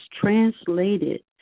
translated